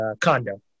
condo